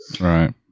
Right